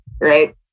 right